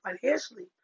financially